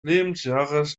lebensjahres